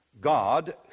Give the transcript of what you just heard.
God